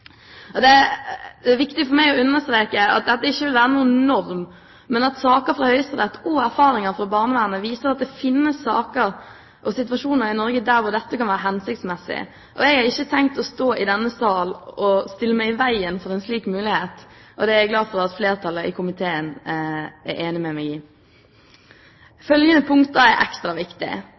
Det er viktig for meg å understreke at dette ikke vil være noen norm, men saker fra Høyesterett og erfaringer fra barnevernet viser at det finnes saker og situasjoner i Norge der dette kan være hensiktsmessig. Jeg har ikke tenkt å stå i denne sal og stille meg i veien for en slik mulighet. Det er jeg glad for at flertallet i komiteen er enig med meg i. Følgende punkter er ekstra viktig: